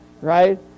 right